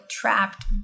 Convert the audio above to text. trapped